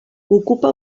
ocupa